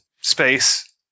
space